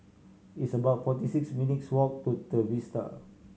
it's about forty six minutes' walk to Trevista